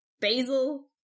basil